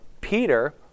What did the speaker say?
Peter